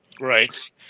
Right